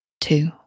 two